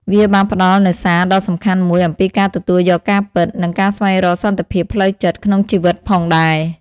វាបានផ្តល់នូវសារដ៏សំខាន់មួយអំពីការទទួលយកការពិត និងការស្វែងរកសន្តិភាពផ្លូវចិត្តក្នុងជីវិតផងដែរ។